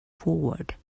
forward